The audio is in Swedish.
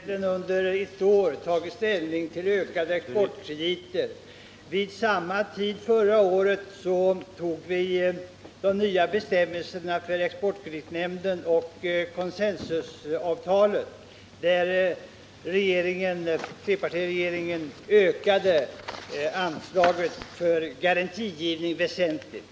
Herr talman! Vi har vid tre tillfällen under ett års tid tagit ställning till frågan om ökade exportkreditgarantier. Vid samma tid förra året antog vi de nya bestämmelserna för exportkreditnämnden liksom consensusavtalet, vilket innebar att vi på trepartiregeringens förslag ökade anslaget till garantigivning väsentligt.